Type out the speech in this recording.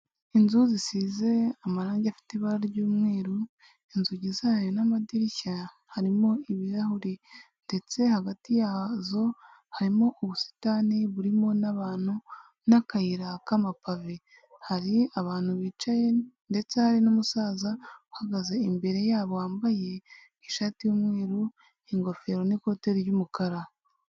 Inzu zisize amarangi afite ibara ry'umweru, inzugi zayo n'amadirishya, harimo ibirahuri ndetse hagati yazo, harimo ubusitani burimo n'abantu, n'akayira k'amapave. Hari abantu bicaye ndetse hari n'umusaza uhagaze imbere yabo wambaye ishati y'umweru, ingofero, n'ikote ry'umukara.